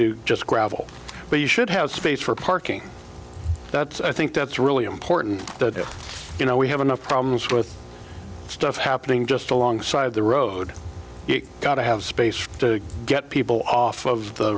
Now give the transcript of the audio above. do just gravel but you should have space for parking that's i think that's really important that you know we have enough problems with stuff happening just alongside the road you've got to have space to get people off of the